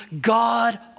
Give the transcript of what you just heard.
God